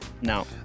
No